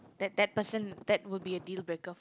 that that person that would be a dealbreaker for